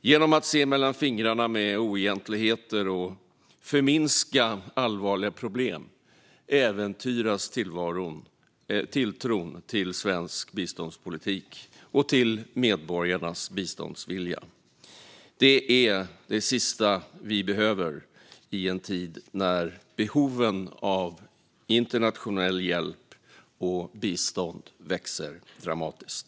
Genom att se mellan fingrarna med oegentligheter och förminska allvarliga problem äventyras tilltron till svensk biståndspolitik och medborgarnas biståndsvilja. Det är det sista vi behöver i en tid där behoven av internationell hjälp och bistånd växer dramatiskt.